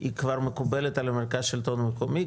היא כבר מקובלת על המרכז לשלטון מקומי?